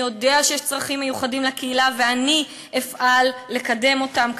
אני יודע שיש צרכים מיוחדים לקהילה ואני אפעל לקדם אותם.